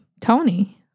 Tony